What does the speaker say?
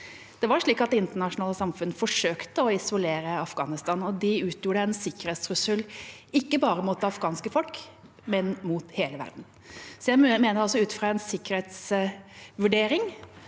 Det internasjonale samfunnet forsøkte å isolere Afghanistan, og det utgjorde en sikkerhetstrussel, ikke bare mot det afghanske folk, men mot hele verden. Jeg mener altså at ut fra en sikkerhetsvurdering